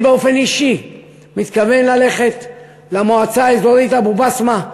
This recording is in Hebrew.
אני באופן אישי מתכוון ללכת למועצה האזורית אבו-בסמה,